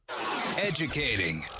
Educating